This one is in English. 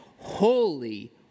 Holy